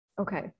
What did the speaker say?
okay